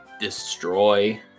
destroy